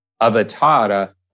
Avatara